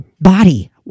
body